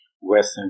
Western